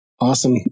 Awesome